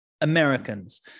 Americans